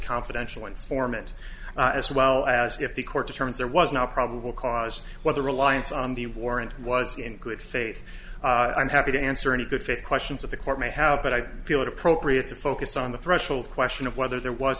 confidential informant as well as if the court determines there was no probable cause whether reliance on the warrant was in good faith i'm happy to answer any good faith questions of the court may have but i feel it appropriate to focus on the threshold question of whether there was